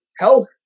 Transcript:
health